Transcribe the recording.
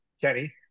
Kenny